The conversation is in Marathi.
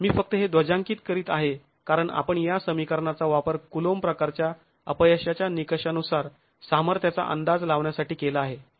मी फक्त हे ध्वजांकित करीत आहे कारण आपण या समीकरणाचा वापर कुलोंब प्रकारच्या अपयशाच्या निकषानुसार सामर्थ्याचा अंदाज लावण्यासाठी केला आहे